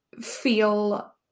feel